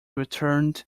returned